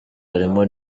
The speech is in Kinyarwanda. harimo